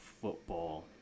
football